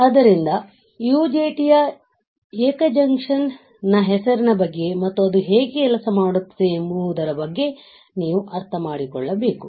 ಆದ್ದರಿಂದ UJTಯ ಏಕ ಜಂಕ್ಷನ್ನ ಹೆಸರಿನ ಬಗ್ಗೆ ಮತ್ತು ಅದು ಹೇಗೆ ಕೆಲಸ ಮಾಡುತ್ತದೆ ಎಂಬುವುದರ ಬಗ್ಗೆ ನೀವು ಅರ್ಥ ಮಾಡಿಕೊಳ್ಳಬೇಕು